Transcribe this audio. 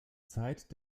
zeit